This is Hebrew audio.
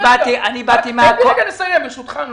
תן לי רגע לסיים, ברשותך.